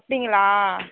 அப்படிங்களா